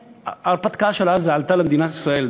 ההרפתקה של עזה עלתה למדינת ישראל,